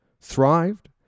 thrived